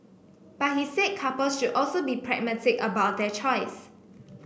but he said couples should also be pragmatic about their choice